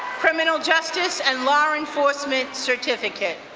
criminal justice and law enforcement certificate.